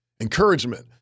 encouragement